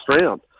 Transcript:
round